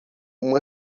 uma